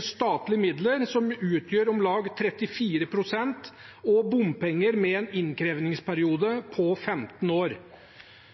statlige midler, som utgjør om lag 34 pst., og bompenger med en innkrevingsperiode på 15 år.